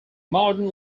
modern